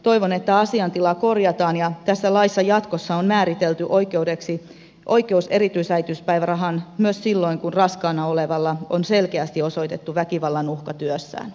toivon että asiantila korjataan ja tässä laissa jatkossa on määritelty oikeus erityisäitiyspäivärahaan myös silloin kun raskaana olevalla on selkeästi osoitettu väkivallan uhka työssään